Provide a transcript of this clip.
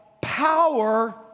power